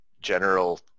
general